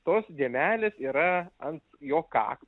tos dėmelės yra ant jo ka